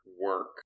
work